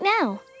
now